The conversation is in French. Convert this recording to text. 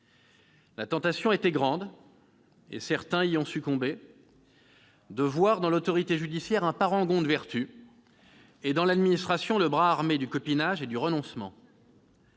La tentation était grande- et certains y ont succombé -de voir dans l'autorité judiciaire un parangon de vertu et dans l'administration le bras armé du copinage et du renoncement.